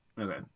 Okay